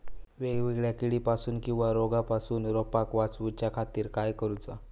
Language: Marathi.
वेगवेगल्या किडीपासून किवा रोगापासून रोपाक वाचउच्या खातीर काय करूचा?